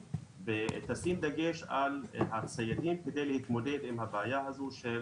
ותשים דגש על הציידים כדי להתמודד עם הבעיה הזו של